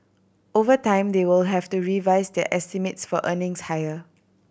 over time they will have to revise their estimates for earnings higher